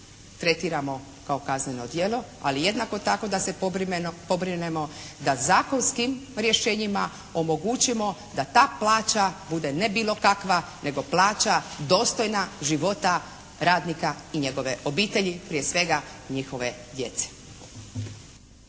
tretiramo kao kazneno djelo. Ali jednako tako da se pobrinemo da zakonskim rješenjima omogućimo da ta plaća bude ne bilo kakva, nego plaća dostojna života radnika i njegove obitelji, prije svega njihove djece.